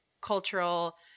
cultural –